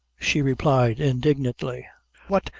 she replied indignantly what!